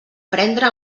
prendre